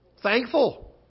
Thankful